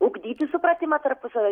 ugdyti supratimą tarpusavio